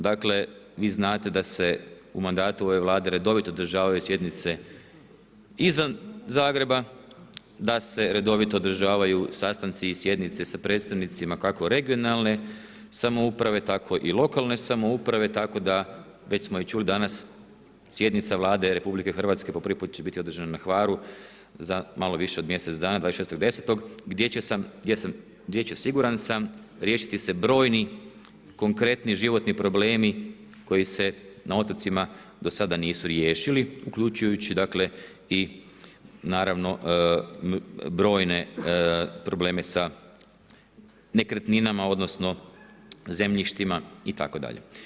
Dakle vi znate da se u mandatu ove vlade redovito održavaju sjednice izvan Zagreba, da se redovito održavaju sastanci i sjednice sa predstavnicima, kako regionalne samouprave, tako i lokalne samouprave tako da već smo i čuli danas, sjednica Vlade RH po prvi put će biti održana na Hvaru za malo više od mjesec dana, 26.10. gdje će, siguran sam, riješiti se brojni, konkretni životni problemi koji se na otocima do sada nisu riješili, uključujući dakle naravno i brojne probleme sa nekretninama, odnosno zemljištima itd.